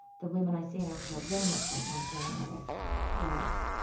the women i see in africa are very much like my grandmother was.